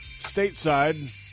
stateside